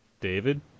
David